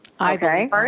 Okay